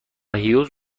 هیوز